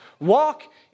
Walk